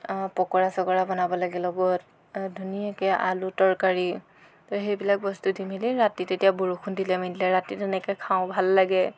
পকোৰা চকোৰা বনাব লাগে লগত ধুনীয়াকৈ আলু তৰকাৰী তো সেইবিলাক বস্তু দি মেলি ৰাতি তেতিয়া বৰষুণ দিলে মেলিলে ৰাতি তেনেকৈ খাওঁ ভাল লাগে